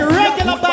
regular